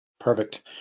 perfect